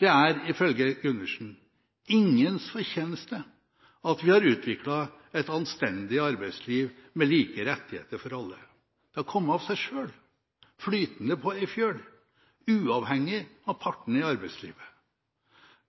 Det er ifølge Gundersen ingens fortjeneste at vi har utviklet et anstendig arbeidsliv med like rettigheter for alle. Det har kommet av seg selv, flytende på en fjøl, uavhengig av partene i arbeidslivet.